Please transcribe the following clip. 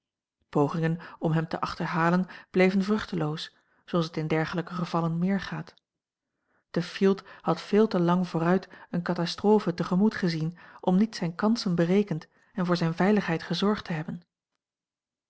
pogingen om hem te achterhalen bleven vruchteloos zooals het in dergelijke gevallen meer gaat de fielt had veel te lang vooruit eene catastrophe te gemoet gezien om niet zijne kansen berekend en voor zijne veiligheid gezorgd te hebben